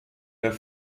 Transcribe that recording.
der